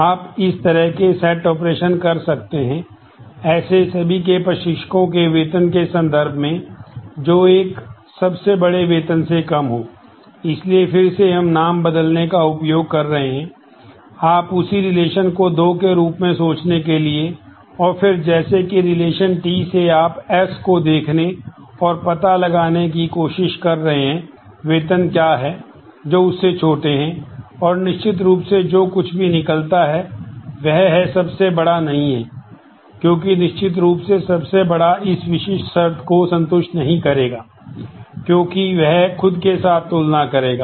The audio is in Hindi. आप इस तरह के सेट T से आप S को देखने और पता लगाने की कोशिश कर रहे हैं वेतन क्या हैं जो उससे छोटे हैं और निश्चित रूप से जो कुछ भी निकलता है वह है सबसे बड़ा नहीं है क्योंकि निश्चित रूप से सबसे बड़ा इस विशिष्ट शर्त को संतुष्ट नहीं करेगा क्योंकि यह खुद के साथ तुलना करेगा